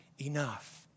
enough